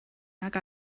nag